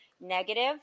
Negative